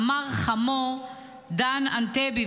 אמר חמו דן ענתבי,